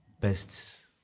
best